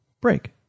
break